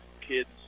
kids